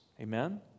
Amen